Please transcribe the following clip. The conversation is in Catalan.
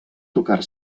tocar